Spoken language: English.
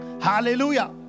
hallelujah